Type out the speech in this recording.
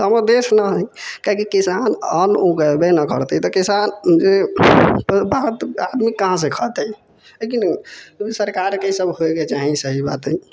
तब हमर देश नहि है काहेकि किसान अन्न उगेबै नहि करतै तऽ किसान आदमी कहाँसँ खयतै है की ने सरकारके ई सब होइके चाही सही बात है